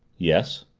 yes,